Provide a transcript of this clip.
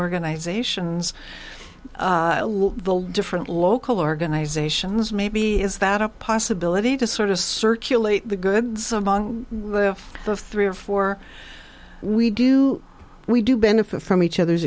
organizations the different local organizations maybe is that a possibility to sort of circulate the goods among the three or four we do we do benefit from each other's